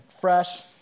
fresh